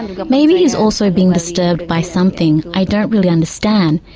yeah maybe he's also being disturbed by something i don't really understand,